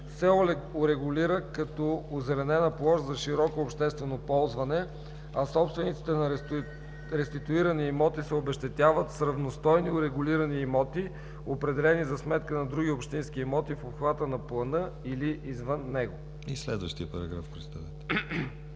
се урегулира като озеленена площ за широко обществено ползване, а собствениците на реституирани имоти се обезщетяват с равностойни урегулирани имоти, определени за сметка на други общински имоти в обхвата на плана или извън него.“ Комисията подкрепя текста